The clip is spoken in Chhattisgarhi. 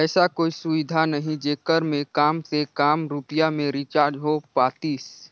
ऐसा कोई सुविधा नहीं जेकर मे काम से काम रुपिया मे रिचार्ज हो पातीस?